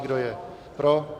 Kdo je pro?